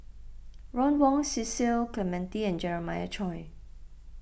Ron Wong Cecil Clementi and Jeremiah Choy